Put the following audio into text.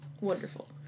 Wonderful